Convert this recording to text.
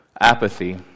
apathy